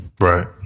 Right